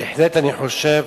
בהחלט אני חושב